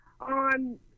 on